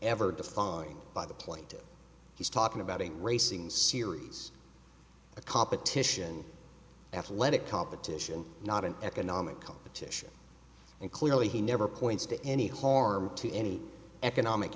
ever defined by the plate he's talking about a racing series a competition athletic competition not an economic competition and clearly he never points to any harm to any economic